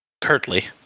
curtly